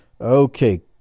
Okay